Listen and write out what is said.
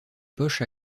poche